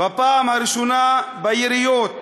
בפעם הראשונה ביריות,